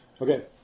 Okay